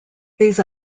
these